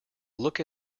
look